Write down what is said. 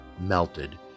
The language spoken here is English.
melted